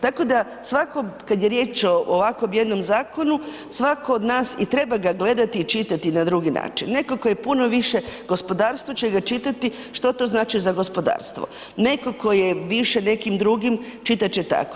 Tako da svako kad je riječ o ovakvom jednom zakonu, svako od nas i treba ga gledati i čitati na drugi način, nekako je puno više gospodarstvo će ga čitati što znači za gospodarstvo, netko tko je više nekim drugim, čitat će tako.